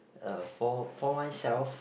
uh for for myself